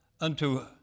unto